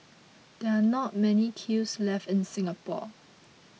there are not many kilns left in Singapore